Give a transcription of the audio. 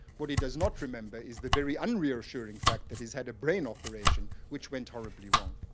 what he does not remember is the very unreassuring fact that he's had a brain operation which went horribly wrong.